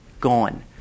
Gone